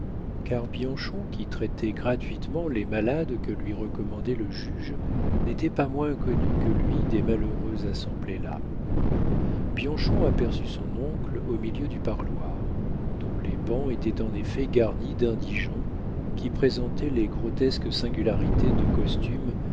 bianchon qui traitait gratuitement les malades que lui recommandait le juge n'était pas moins connu que lui des malheureux assemblés là bianchon aperçut son oncle au milieu du parloir dont les bancs étaient en effet garnis d'indigents qui présentaient les grotesques singularités de costume